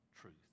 truth